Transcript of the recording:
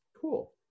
Cool